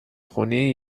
خونی